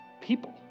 people